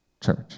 church